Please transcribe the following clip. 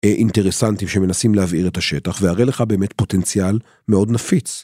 אינטרסנטים שמנסים להבעיר את השטח, והרי לך באמת פוטנציאל מאוד נפיץ.